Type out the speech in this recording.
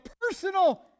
personal